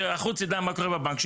שהחוץ ידע מה שקורה בבנק.